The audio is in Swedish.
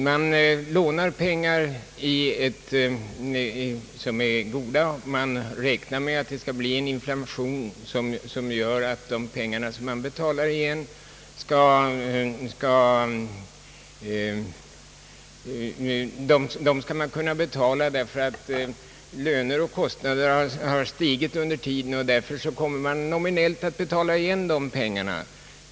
Man lånar pengar, som är goda, och man räknar med att en inflation skall fortsätta, som gör att återbetalningen av dessa pengar på grund av löneoch kostnadsstegringar under tiden blir så att säga alltmer nominell.